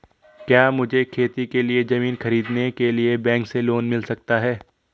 क्या मुझे खेती के लिए ज़मीन खरीदने के लिए बैंक से लोन मिल सकता है?